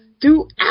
throughout